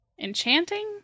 Enchanting